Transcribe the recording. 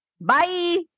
Bye